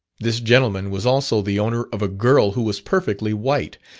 this gentleman was also the owner of a girl who was perfectly white,